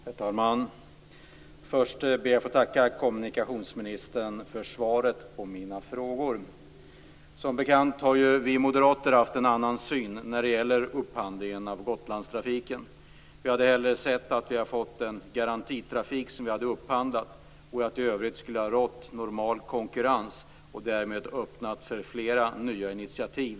Herr talman! Först ber jag att få tacka kommunikationsministern för svaret på mina frågor. Som bekant har vi moderater haft en annan syn när det gäller upphandlingen av Gotlandstrafiken. Vi hade hellre sett att vi hade fått en garantitrafik som vi hade upphandlat och att det i övrigt skulle ha rått normal konkurrens. Därmed hade vägen öppnats för flera nya initiativ.